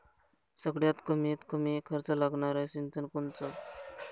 सगळ्यात कमीत कमी खर्च लागनारं सिंचन कोनचं?